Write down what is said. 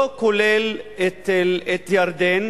לא כולל את ירדן,